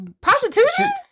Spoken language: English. Prostitution